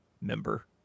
member